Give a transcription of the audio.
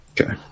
Okay